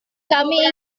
kami